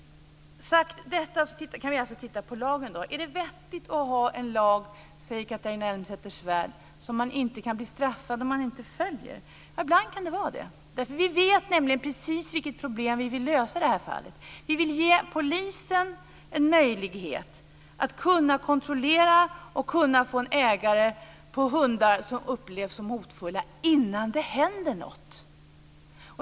Vi kan titta närmare på lagen. Är det vettigt att ha en lag, säger Catharina Elmsäter-Svärd, som inte leder till straff om man inte följer den? Ibland kan det vara det. Vi vet nämligen precis vilket problem vi vill lösa i det här fallet. Vi vill ge polisen en möjlighet att kunna kontrollera ägare av hundar som upplevs som hotfulla innan det händer något.